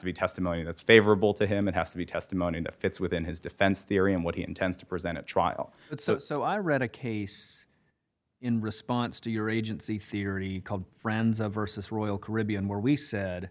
to be testimony that's favorable to him it has to be testimony to fits within his defense theory and what he intends to present at trial so i read a case in response to your agency theory called friends of versus royal caribbean where we said